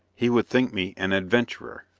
he would think me an adventurer.